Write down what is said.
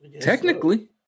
technically